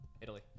Italy